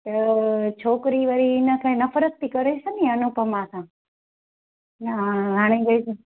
त छोकिरी वरी हिनखां नफ़िरत थी करेसि नि अनुपमा सां न हाणे